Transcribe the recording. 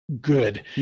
good